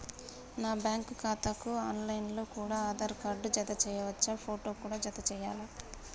నా బ్యాంకు ఖాతాకు online లో కూడా ఆధార్ కార్డు జత చేయవచ్చా ఫోటో కూడా జత చేయాలా?